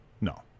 No